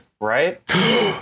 right